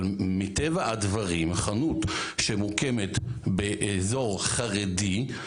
אבל מטבע הדברים חנות שמוקמת באזור חרדי,